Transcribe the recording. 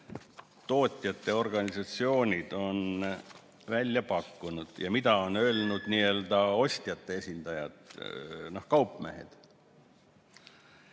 tootjate organisatsioonid on välja pakkunud ja mida on öelnud n‑ö ostjate esindajad, kaupmehed.